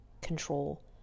control